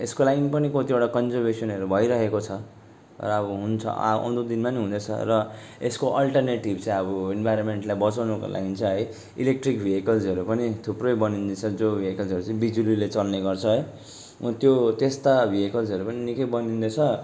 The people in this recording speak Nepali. यसको लागि पनि कतिवटा कन्जरभेसनहरू भइरहेको छ र अब हुन्छ आ आउँदो दिनमा पनि हुनेछ र यसको अल्टर्नेटिभ चाहिँ अबो इन्भाइरोमेन्टलाई बचाउनुको लागि चाहिँ है इलेक्ट्रिक भेकल्सहरू पनि थुप्रै बनिँदैछ जो भेकल्सहरू चाहिँ बिजुलीले चल्ने गर्छ है त्यो त्यस्ता भेकल्सहरू पनि निकै बनिँदैछ